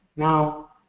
now,